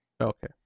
Okay